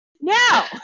Now